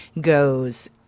goes